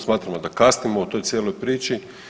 Smatramo da kasnimo u toj cijeloj priči.